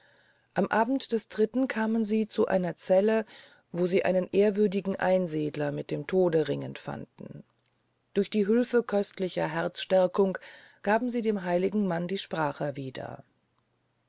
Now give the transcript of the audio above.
am abend des dritten kamen sie zu einer zelle wo sie einen ehrwürdigen einsiedler mit dem tode ringend fanden durch die hülfe köstlicher herzstärkungen gaben sie dem heiligen manne die sprache wieder